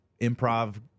improv